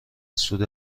سود